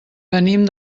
venim